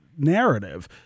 narrative